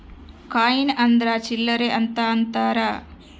coin ಅಂದ್ರ ಚಿಲ್ಲರ್ ಅಂತ ಅಂತಾರ